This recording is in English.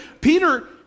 Peter